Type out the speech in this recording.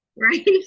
Right